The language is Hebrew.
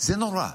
זה נורא.